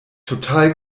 total